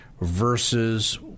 versus